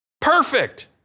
Perfect